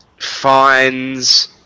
finds